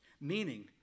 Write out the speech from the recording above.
Meaning